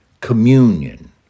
communion